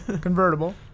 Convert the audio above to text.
Convertible